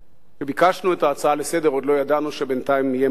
כשביקשנו את ההצעה לסדר-היום עוד לא ידענו שבינתיים יהיה מדד,